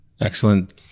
Excellent